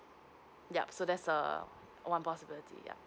yup so that's a one possibility yup